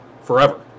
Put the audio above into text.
forever